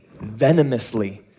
venomously